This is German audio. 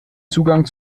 zugang